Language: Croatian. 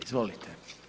Izvolite.